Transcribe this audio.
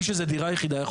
מי שזו דירה יחידה שלו,